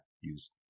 use